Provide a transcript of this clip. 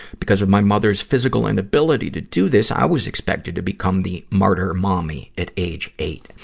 because of my mother's physical inability to do this, i was expected to become the martyr mommy at age eight.